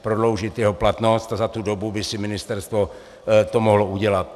Prodloužit jeho platnost a za tu dobu by si ministerstvo to mohlo udělat.